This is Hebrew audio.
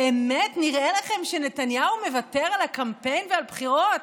באמת נראה לכם שנתניהו מוותר על הקמפיין והבחירות?